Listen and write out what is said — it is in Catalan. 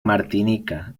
martinica